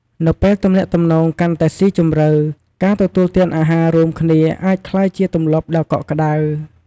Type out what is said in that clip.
នៅពេលទំនាក់ទំនងកាន់តែស៊ីជម្រៅ ការទទួលទានអាហាររួមគ្នាអាចក្លាយជា ទម្លាប់ដ៏កក់ក្តៅ។